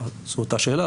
זו אותה שאלה,